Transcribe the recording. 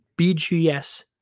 BGS